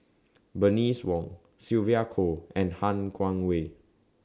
Bernice Wong Sylvia Kho and Han Guangwei